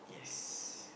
yes